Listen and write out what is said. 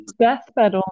deathbed